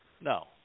No